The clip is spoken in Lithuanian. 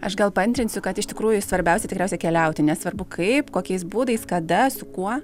aš gal paantrinsiu kad iš tikrųjų svarbiausia tikriausiai keliauti nesvarbu kaip kokiais būdais kada su kuo